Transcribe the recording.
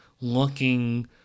looking